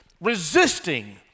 resisting